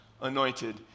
anointed